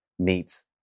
Meets